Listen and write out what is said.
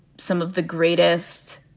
some of the greatest